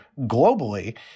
globally